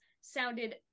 sounded